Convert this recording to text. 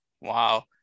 Wow